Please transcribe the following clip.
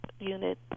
Unit